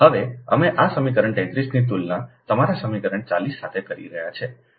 હવે અમે આ સમીકરણ 33 ની તુલના તમારા સમીકરણ 40 સાથે કરી રહ્યા છીએ